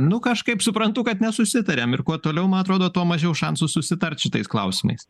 nu kažkaip suprantu kad nesusitariam ir kuo toliau man atrodo tuo mažiau šansų susitart šitais klausimais